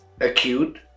acute